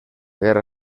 guerra